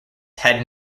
had